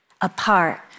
apart